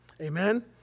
Amen